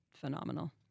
phenomenal